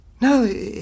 No